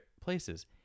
places